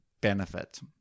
benefit